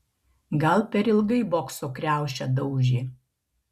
gal per ilgai bokso kriaušę daužė